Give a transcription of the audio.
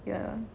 ya